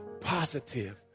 positive